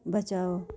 बचाओ